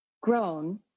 grown